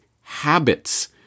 habits